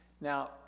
Now